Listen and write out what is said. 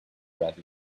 red